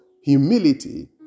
humility